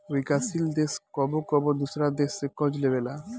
विकासशील देश कबो कबो दोसरा देश से कर्ज लेबेला